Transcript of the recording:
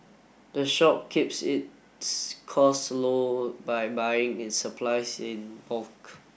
the shop keeps its cost low by buying its supplies in bulk